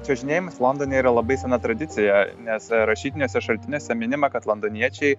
čiuožinėjimas londone yra labai sena tradicija nes rašytiniuose šaltiniuose minima kad londoniečiai